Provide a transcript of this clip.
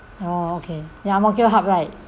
oh okay ya ang mo kio hub right